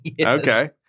Okay